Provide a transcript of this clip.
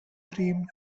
cream